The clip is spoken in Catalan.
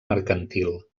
mercantil